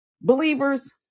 Believers